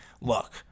look